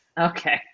Okay